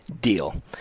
deal